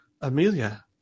Amelia